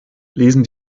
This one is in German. lesen